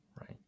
Right